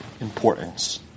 importance